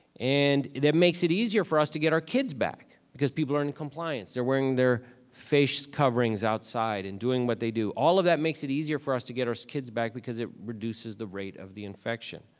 and that makes it easier for us to get our kids back because people are in compliance, they're wearing their face coverings outside and doing what they do. all of that makes it easier for us to get our kids back because it reduces the rate of the infection.